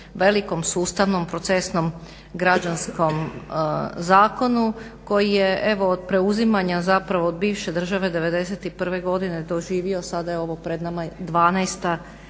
velikom, sustavnom, procesnom, građanskom zakonu koji je evo od preuzimanja zapravo od bivše države '91. godine doživio, sada je ovo pred nama 12. izmjena.